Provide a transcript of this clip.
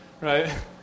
Right